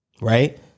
right